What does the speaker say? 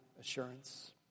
assurance